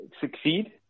succeed